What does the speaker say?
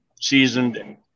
seasoned